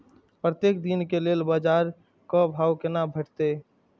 प्रत्येक दिन के लेल बाजार क भाव केना भेटैत?